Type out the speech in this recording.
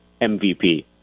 MVP